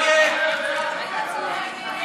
לוועדה לא נתקבלה.